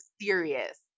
serious